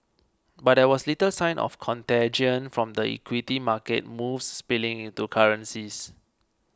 but there was little sign of contagion from the equity market moves spilling into currencies